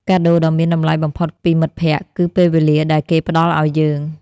កាដូដ៏មានតម្លៃបំផុតពីមិត្តភក្តិ គឺពេលវេលាដែលគេផ្ដល់ឱ្យយើង។